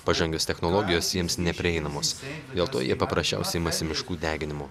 pažangios technologijos jiems neprieinamos dėl to jie paprasčiausiai imasi miškų deginimu